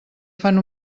fan